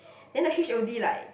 then the H_O_D like